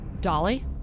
Dolly